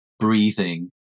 Breathing